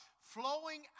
flowing